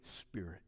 spirit